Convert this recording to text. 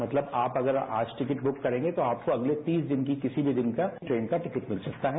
मतलब आप अगर आज टिकट बुक करेंगे तो आप को अगले दिन की किसी भी तीस दिन का ट्रेन का टिकट मिल सकता है